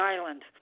Island